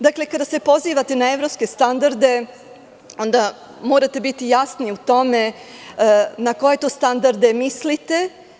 Dakle, kada se pozivate na evropske standarde, onda morate biti jasni u tome na koje to standarde mislite.